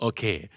Okay